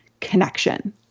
connection